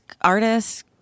artists